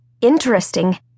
interesting